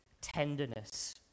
tenderness